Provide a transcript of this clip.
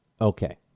Okay